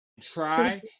try